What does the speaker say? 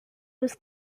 was